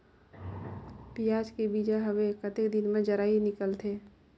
पियाज के बीजा हवे कतेक दिन मे जराई निकलथे?